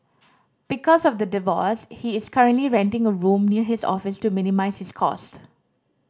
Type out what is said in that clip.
because of the divorce he is currently renting a room near his office to minimise his cost